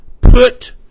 put